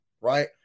right